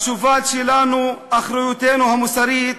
התשובה שלנו, אחריותנו המוסרית,